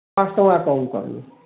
ପାଞ୍ଚ୍ ଟଙ୍କା କମ୍ କର୍ବେ